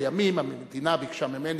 לימים המדינה ביקשה ממני,